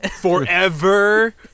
Forever